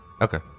okay